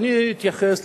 אני אתייחס,